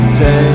day